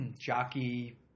jockey